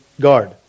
guard